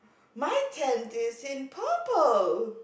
my tent is in purple